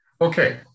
Okay